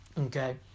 Okay